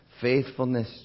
faithfulness